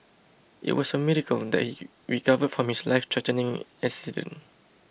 it was a miracle that he recovered from his lifethreatening accident